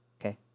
okay